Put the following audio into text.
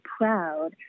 proud